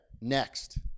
next